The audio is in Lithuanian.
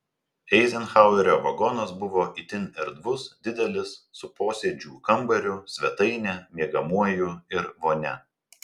eizenhauerio vagonas buvo itin erdvus didelis su posėdžių kambariu svetaine miegamuoju ir vonia